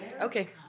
Okay